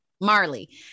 marley